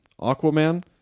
Aquaman